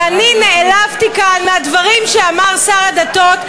ואני נעלבתי כאן מהדברים שאמר שר הדתות,